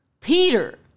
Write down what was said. Peter